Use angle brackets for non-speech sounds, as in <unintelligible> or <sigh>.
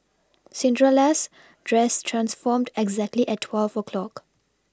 <unintelligible> dress transformed exactly at twelve o' clock <noise>